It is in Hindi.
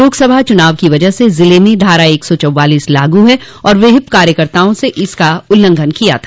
लोकसभा चुनाव की वजह से जिले में धारा एक सौ चौवालीस लागू है और विहिप कार्यकर्ताओं ने इसका उल्लंघन किया था